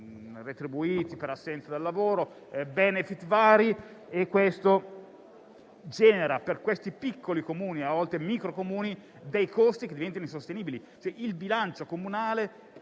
retribuiti per assenza dal lavoro e di *benefit* vari. Questo genera per quei piccoli - a volte micro - Comuni costi che diventano insostenibili. Il bilancio comunale,